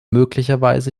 möglicherweise